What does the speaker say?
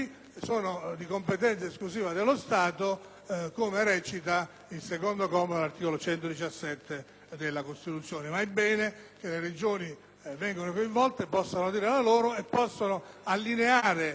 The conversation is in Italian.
sono di competenza esclusiva dello Stato, come recita il secondo comma dell'articolo 117 della Costituzione, ma è bene che le Regioni vengano coinvolte e possano esprimersi, allineare